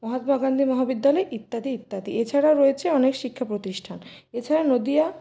মহাত্মা গান্ধী মহাবিদ্যালয় ইত্যাদি ইত্যাদি এছাড়াও রয়েছে অনেক শিক্ষাপ্রতিষ্ঠান এছাড়া নদীয়া